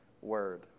word